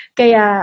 kaya